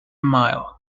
mile